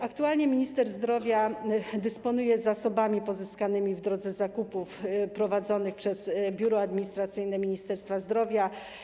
Aktualnie minister zdrowia dysponuje zasobami pozyskanymi w drodze zakupów prowadzonych przez Biuro Administracyjne Ministerstwa Zdrowia.